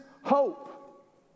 hope